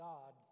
God